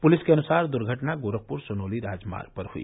police के अनुसार द्वर्घटना गोरखपुर सोनौली राजमार्ग पर हई